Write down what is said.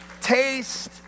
Taste